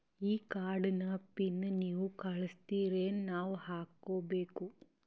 ಈ ಕಾರ್ಡ್ ನ ಪಿನ್ ನೀವ ಕಳಸ್ತಿರೇನ ನಾವಾ ಹಾಕ್ಕೊ ಬೇಕು?